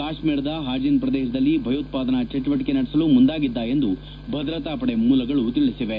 ಕಾಶ್ನೀರದ ಹಾಜಿನ್ ಪ್ರದೇಶದಲ್ಲಿ ಭಯೋತ್ಪಾದನಾ ಚಟುವಟಿಕೆ ನಡೆಸಲು ಮುಂದಾಗಿದ್ದ ಎಂದು ಭದ್ರತಾಪಡೆ ಮೂಲಗಳು ತಿಳಿಸಿವೆ